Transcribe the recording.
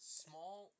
small